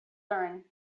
learn